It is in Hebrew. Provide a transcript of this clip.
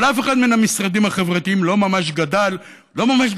אבל אף אחד מן המשרדים החברתיים לא ממש גדל יחסית